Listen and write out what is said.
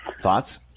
Thoughts